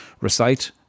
recite